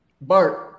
Bart